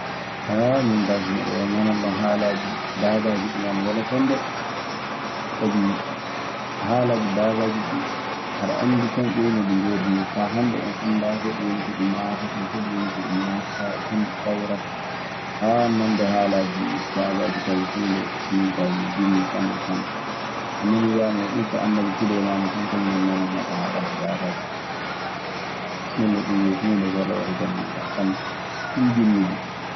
min kaa so miɗe nanannoo haalaaji daabaaji ɗii, ɗun ana wela kan dee. Sabi haalaji daabaaji ɗii, aɗe anndi tan. Ƴeew no ɗi worri nii. Faa hannde en anndaa hoɗun woni ko ɗi maatata, hoɗun woni ko ɗi maatataa e holɗi kawrata nande haalaaji daabaaji ɗii kaa yo huunde min kaa nde njiɗmi sanne sanne. A nanii wiyaama e ŋissa annabii Suleymaana tan kañun woni nanannooɗo haalaaji daabaaji ɗii. Nden non ɗun yo huunde weloore kan min kaa sanne. Ɗun njiɗmi duu.